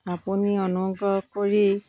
আপুনি অনুগ্ৰহ কৰি